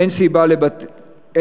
אין סיבה לבית-אבות.